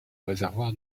réservoir